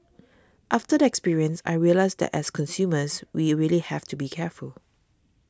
after the experience I realised that as consumers we really have to be careful